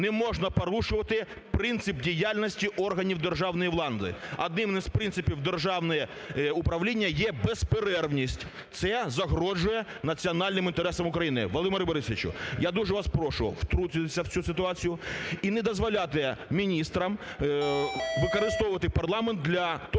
Не можна порушувати принцип діяльності органів державної влади. Одним із принципів державного управління є безперервність. Це загрожує національним інтересам України. Володимире Борисовичу, я дуже вас прошу втрутитися в цю ситуацію і не дозволяти міністрам використовувати парламент для того,